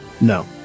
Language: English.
No